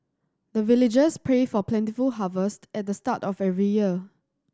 the villagers pray for plentiful harvest at the start of every year